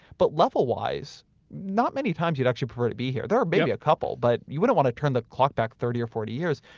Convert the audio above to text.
but level-wise not many times you'd actually prefer to be here. yep. there are maybe a couple, but you wouldn't want to turn the clock back thirty or forty years.